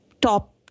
top